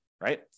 right